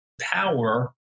power